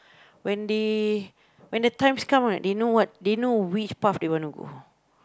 when they when the times come right they know what they know which path they wanna go